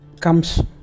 comes